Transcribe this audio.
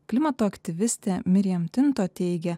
klimato aktyvistė miriem tinto eigia